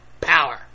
power